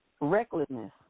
recklessness